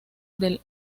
del